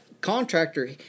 contractor